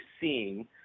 seeing